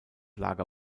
lager